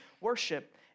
worship